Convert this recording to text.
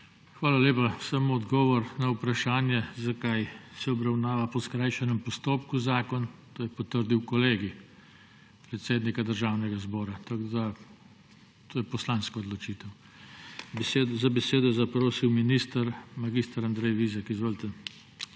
Hvala lepa. Samo odgovor na vprašanje, zakaj se obravnava po skrajšanem postopku zakon, to je potrdil Kolegij predsednika Državnega zbora. To je poslanska odločitev. Za besedo je zaprosil minister mag. Andrej Vizjak. Izvolite.